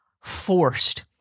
forced